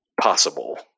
possible